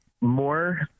more